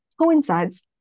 coincides